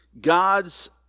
God's